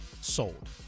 Sold